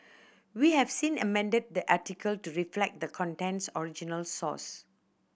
we have seen amended the article to reflect the content's original source